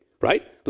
right